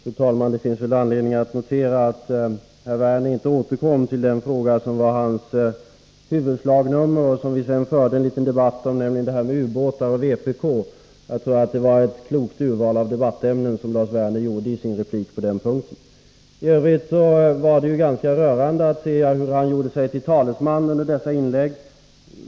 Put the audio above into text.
Fru talman! Det finns anledning notera att herr Werner inte återkom till den fråga som var hans slagnummer och som vi sedan förde en liten debatt om, nämligen detta med ubåtar och vpk. Jag tror att det var ett klokt urval av debattämnen som Lars Werner gjorde i sin replik på denna punkt. I övrigt var det ju ganska rörande att konstatera vad det var som herr Werner gjorde sig till talesman för under sina inlägg.